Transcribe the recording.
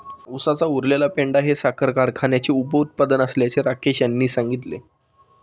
उसाचा उरलेला पेंढा हे साखर कारखान्याचे उपउत्पादन असल्याचे राकेश यांनी सांगितले